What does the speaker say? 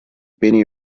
benny